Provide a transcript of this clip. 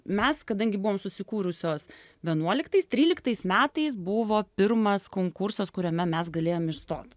mes kadangi buvom susikūrusios vienuoliktais tryliktais metais buvo pirmas konkursas kuriame mes galėjom išstot